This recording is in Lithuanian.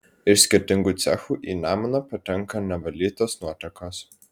iš skirtingų cechų į nemuną patenka nevalytos nuotekos